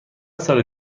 سال